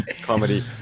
comedy